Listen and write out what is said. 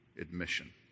admission